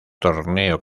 torneo